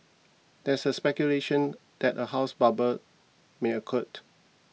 there is speculation that a house bubble may occurred